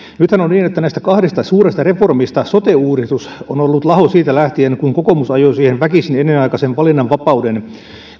nythän on niin että näistä kahdesta suuresta reformista sote uudistus on ollut laho siitä lähtien kun kokoomus ajoi siihen väkisin ennenaikaisen valinnanvapauden